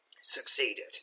Succeeded